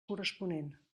corresponent